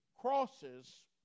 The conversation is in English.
crosses